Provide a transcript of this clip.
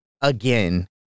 again